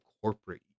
corporate